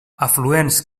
afluents